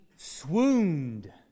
swooned